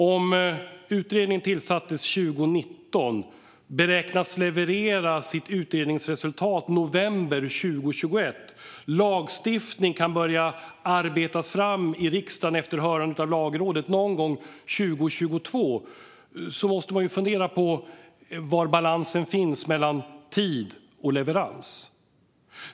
Om utredningen tillsattes 2019 och beräknas leverera sitt utredningsresultat i november 2021 och lagstiftning kan börja arbetas fram i riksdagen efter hörandet av Lagrådet någon gång under 2022 måste man fundera på var balansen finns mellan tid och leverans.